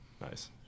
Nice